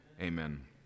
Amen